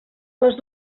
les